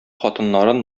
хатыннарын